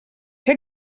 que